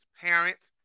parents